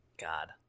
God